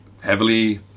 heavily